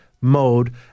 mode